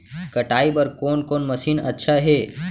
कटाई बर कोन कोन मशीन अच्छा हे?